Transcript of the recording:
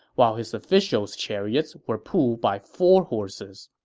while his officials' chariots were pulled by four horses.